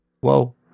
Whoa